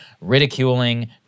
ridiculing